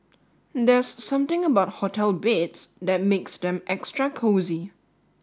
there's something about hotel bids that makes them extra cozy